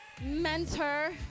Mentor